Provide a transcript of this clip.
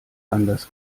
anders